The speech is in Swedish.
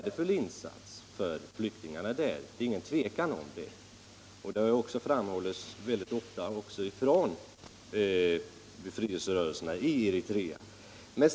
Den insatsen är säkert mycket värdefull. Det har också ofta framhållits av befrielserörelserna i Eritrea.